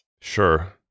Sure